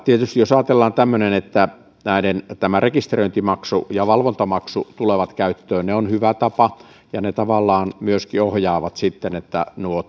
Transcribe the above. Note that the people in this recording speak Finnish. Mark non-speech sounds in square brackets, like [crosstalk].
tietysti jos ajatellaan että tämä rekisteröintimaksu ja valvontamaksu tulevat käyttöön ne ovat hyvä tapa ja ne tavallaan myöskin ohjaavat sitten että nuo [unintelligible]